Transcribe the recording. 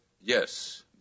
Yes